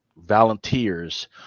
volunteers